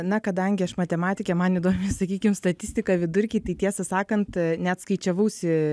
na kadangi aš matematikė man įdomi sakykim statistika vidurkiai tai tiesą sakant net skaičiavausi